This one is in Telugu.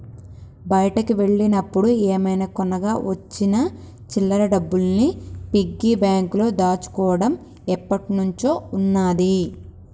బయటికి వెళ్ళినప్పుడు ఏమైనా కొనగా వచ్చిన చిల్లర డబ్బుల్ని పిగ్గీ బ్యాంకులో దాచుకోడం ఎప్పట్నుంచో ఉన్నాది